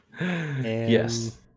Yes